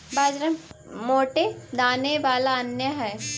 बाजरा मोटे दाने वाला अन्य हई